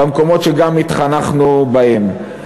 במקומות שגם התחנכנו בהם.